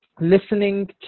listening